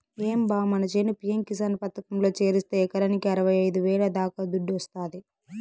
ఏం బా మన చేను పి.యం కిసాన్ పథకంలో చేరిస్తే ఎకరాకి అరవైఐదు వేల దాకా దుడ్డొస్తాది